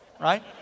right